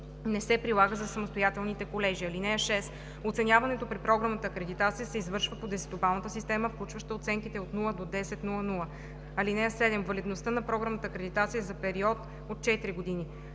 не се прилага за самостоятелните колежи. (6) Оценяването при програмната акредитация се извършва по десетобалната система, включваща оценките от 0 до 10,00. (7) Валидността на програмната акредитация е за период 4 години.